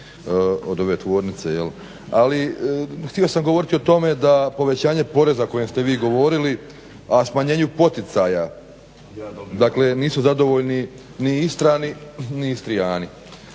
od ove tvornice. Ali htio sam govoriti o tome da povećanje poreza o kojem ste vi govorili, a smanjenu poticaja dakle nisu zadovoljni ni Istrani ni Istrijani,